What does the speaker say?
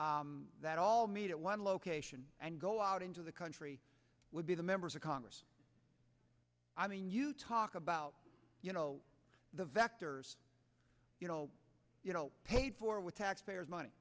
that all meet at one location and go out into the country would be the members of congress i mean you talk about you know the vectors you know paid for with taxpayers money